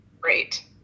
Great